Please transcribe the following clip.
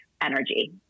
energy